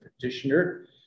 petitioner